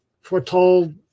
foretold